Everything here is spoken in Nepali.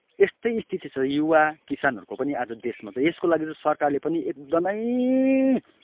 यस्तै स्थिति छ युवा किसानहरूको पनि आज देशमा चाहिँ यसको लागि चाहिँ सरकारले पनि एकदमै